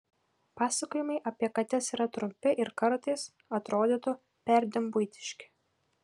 pasakojimai apie kates yra trumpi ir kartais atrodytų perdėm buitiški